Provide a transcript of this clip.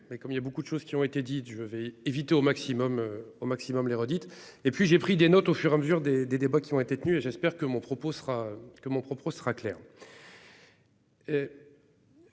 mais comme il y a beaucoup de choses qui ont été dites, je vais éviter au maximum au maximum les redites et puis j'ai pris des notes au fur et à mesure des, des débats qui ont été tenus et j'espère que mon propos sera que